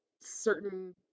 certain